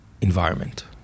environment